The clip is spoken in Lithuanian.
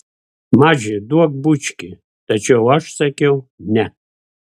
maži duok bučkį tačiau aš sakiau ne